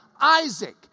Isaac